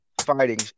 fighting